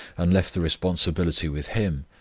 and left the responsibility with him,